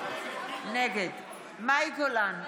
נגד מאי גולן,